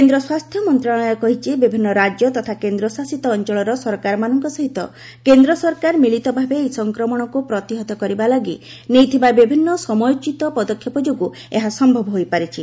କେନ୍ଦ୍ର ସ୍ୱାସ୍ଥ୍ୟ ମନ୍ତ୍ରଣାଳୟ କହିଛି ବିଭିନ୍ନ ରାଜ୍ୟ ତଥା କେନ୍ଦ୍ରଶାସିତ ଅଞ୍ଚଳର ସରକାରମାନଙ୍କ ସହିତ କେନ୍ଦ୍ର ସରକାର ମିଳିତ ଭାବେ ଏହି ସଂକ୍ରମଣକୁ ପ୍ରତିହତ କରିବା ଲାଗି ନେଇଥିବା ବିଭିନ୍ନ ସମୟୋଟ୍ଚିତ ପଦକ୍ଷେପ ଯୋଗୁଁ ଏହା ସମ୍ଭବ ହୋଇପାରିଛି